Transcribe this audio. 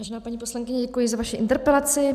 Vážená paní poslankyně, děkuji za vaši interpelaci.